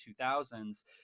2000s